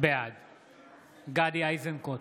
בעד גדי איזנקוט,